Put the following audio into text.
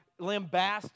lambast